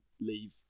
leave